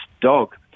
dog